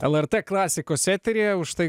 lrt klasikos eteryje už tai